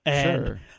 Sure